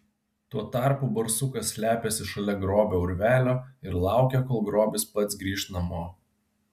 tuo tarpu barsukas slepiasi šalia grobio urvelio ir laukia kol grobis pats grįš namo